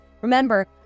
Remember